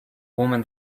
woman